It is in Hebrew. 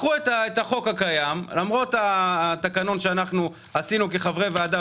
לקחו את החוק הקיים למרות התקנון שעשינו כחברי ועדה